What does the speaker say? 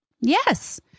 yes